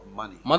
money